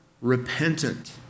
repentant